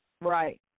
Right